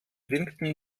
winkten